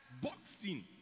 Boxing